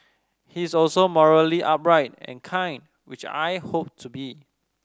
he is also morally upright and kind which I hope to be